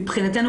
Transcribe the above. מבחינתנו,